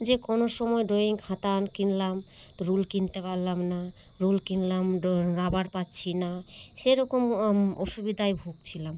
যে কোনো সময় ড্রয়িং খাতা কিনলাম তো রুল কিনতে পারলাম না রুল কিনলাম রাবার পাচ্ছি না সেরকম অসুবিধায় ভুগছিলাম